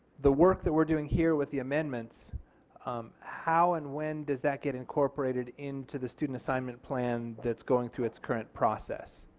the work that we're doing here with the amendments how and when does that get incorporated into the student assignment plan that is going through its current process.